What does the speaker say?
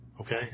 okay